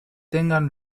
tengan